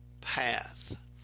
path